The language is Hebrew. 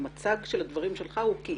המצג של הדברים שלך כאילו